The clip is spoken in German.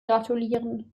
gratulieren